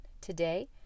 today